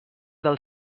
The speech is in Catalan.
del